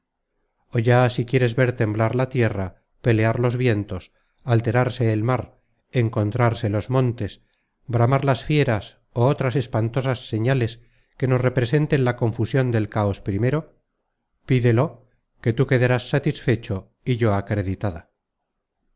ya si quisieres ver temblar la tierra pelear los vientos alterarse el mar encontrarse los montes bramar las fieras ó otras espantosas señales que nos representen la confusion del cáos primero pídelo que tú quedarás satisfecho y yo acreditada